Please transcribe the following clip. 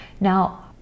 Now